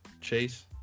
Chase